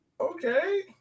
Okay